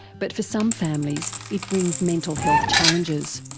but for some families it brings mental health challenges.